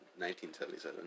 1977